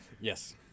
Yes